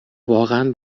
واقعا